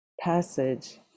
passage